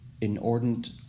inordinate